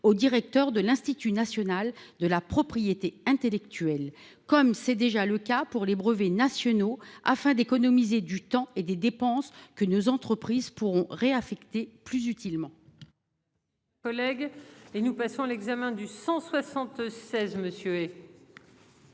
au directeur de l'Institut national de la propriété intellectuelle, comme c'est déjà le cas pour les brevets nationaux afin d'économiser du temps et des dépenses que nos entreprises pourront réaffecter plus utilement.